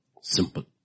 Simple